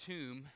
Tomb